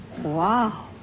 Wow